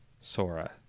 Sora